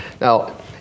now